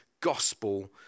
gospel